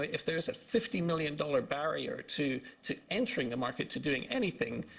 if there is a fifty million dollars barrier to to entering a market to doing anything,